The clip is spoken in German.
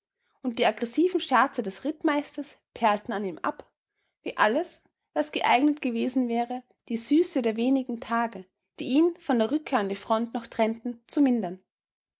und die aggressiven scherze des rittmeisters perlten an ihm ab wie alles was geeignet gewesen wäre die süße der wenigen tage die ihn von der rückkehr an die front noch trennten zu mindern